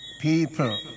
People